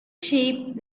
sheep